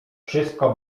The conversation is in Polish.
wszystko